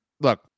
Look